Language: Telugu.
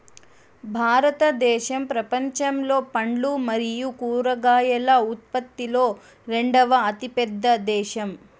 భారతదేశం ప్రపంచంలో పండ్లు మరియు కూరగాయల ఉత్పత్తిలో రెండవ అతిపెద్ద దేశం